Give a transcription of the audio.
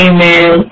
Amen